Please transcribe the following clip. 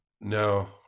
No